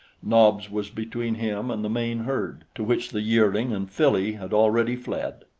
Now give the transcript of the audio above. nobs was between him and the main herd, to which the yearling and filly had already fled.